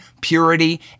purity